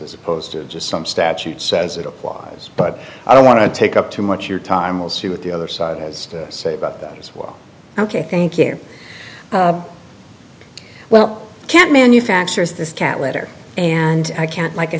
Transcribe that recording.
as opposed to just some statute says it applies but i don't want to take up too much your time we'll see what the other side has to say about that as well ok thank you well i can't manufacturers this cat litter and i can't like i